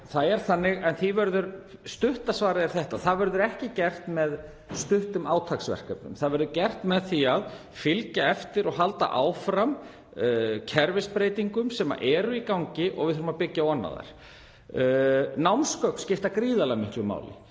svarað á 50 sekúndum. Stutta svarið er þetta: Það verður ekki gert með stuttum átaksverkefnum. Það verður gert með því að fylgja eftir og halda áfram kerfisbreytingum sem eru í gangi, og við þurfum að byggja ofan á þær. Námsgögn skipta gríðarlega miklu máli.